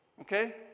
Okay